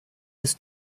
des